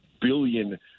billion